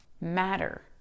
matter